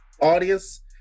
Audience